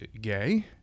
gay